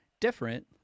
different